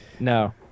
No